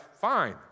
fine